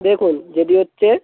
দেখুন যদি হচ্ছে